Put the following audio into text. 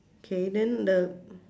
K then the